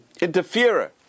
interferer